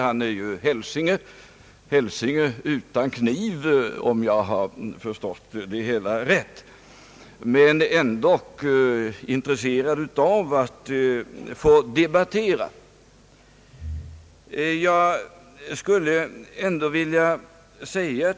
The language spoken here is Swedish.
Han är ju hälsinge — hälsinge utan kniv, om jag har förstått det hela rätt, men ändock intresserad av att få debattera.